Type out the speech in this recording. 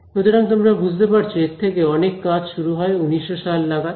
সুতরাং তোমরা বুঝতে পারছ এর থেকে অনেক কাজ শুরু হয় 1900 সাল নাগাদ